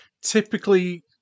typically